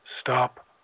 stop